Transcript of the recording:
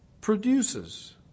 produces